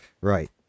Right